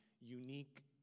unique